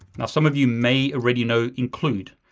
now, some of you may already know include.